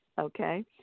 Okay